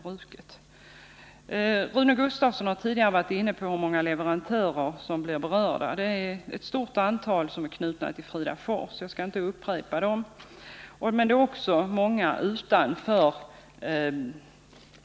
Rune Gustavsson var tidigare inne på frågan om hur många leverantörer som blir berörda. Det är ett stort antal som är knutna till Fridafors — jag skall inte upprepa sifferuppgiften — men det är också många utanför.